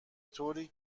طوری